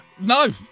No